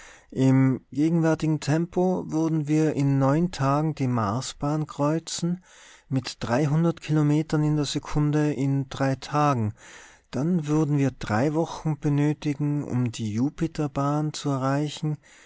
im gegenwärtigen tempo würden wir in neun tagen die marsbahn kreuzen mit kilometern in der sekunde in drei tagen dann würden wir drei wochen benötigen um die jupiterbahn zu erreichen